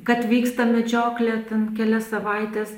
kad vyksta medžioklė ten kelias savaites